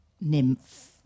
nymph